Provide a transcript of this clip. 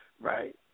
Right